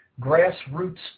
grassroots